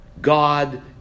God